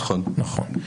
נכון.